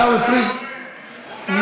עיסאווי פריג' נוכח.